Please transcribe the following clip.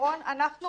צריך